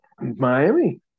Miami